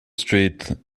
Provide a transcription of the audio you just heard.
street